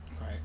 Right